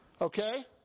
Okay